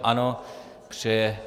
Ano, přeje.